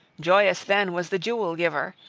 joyous then was the jewel-giver,